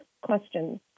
questions